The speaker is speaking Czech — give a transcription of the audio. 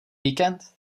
víkend